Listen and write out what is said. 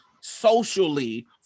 socially